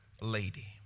lady